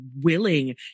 willing